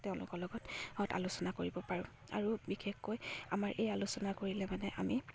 তেওঁলোকৰ লগত আলোচনা কৰিব পাৰোঁ আৰু বিশেষকৈ আমাৰ এই আলোচনা কৰিলে মানে আমি